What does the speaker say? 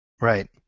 Right